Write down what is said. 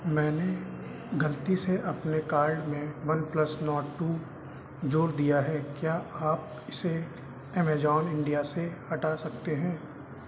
मैंने गलती से अपने कार्ट में वनप्लस नोर्ड टू जोड़ दिया है क्या आप इसे एमेज़न इण्डिया से हटा सकते हैं